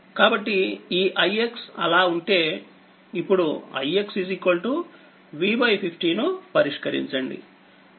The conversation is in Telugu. కాబట్టిఈixఅలాఉంటేఅప్పుడుix V50 ను పరిష్కరించండి